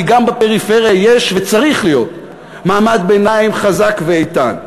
כי גם בפריפריה יש וצריך להיות מעמד ביניים חזק ואיתן.